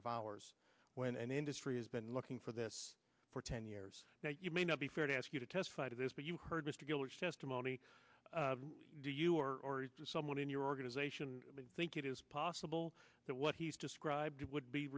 half hours when an industry has been looking for this for ten years now you may not be fair to ask you to testify to this but you heard mr phillips testimony do you or someone in your organization think it is possible that what he's described would be